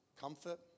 comfort